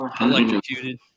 electrocuted